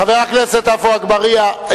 חבר הכנסת עפו אגבאריה,